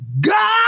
God